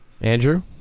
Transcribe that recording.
Andrew